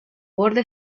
borde